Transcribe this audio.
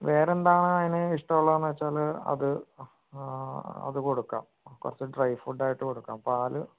വേറെ എന്താണ് അതിന് ഇഷ്ടമുള്ളതെന്ന് വച്ചാൽ അത് ആ അത് കൊടുക്കാം കുറച്ചു ഡ്രൈ ഫുഡായിട്ട് കൊടുക്കാം പാൽ